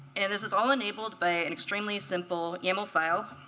and this is all enabled by an extremely simple yaml file.